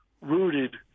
rooted